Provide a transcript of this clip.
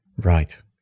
Right